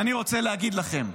ואני רוצה להגיד לכם,